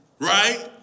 right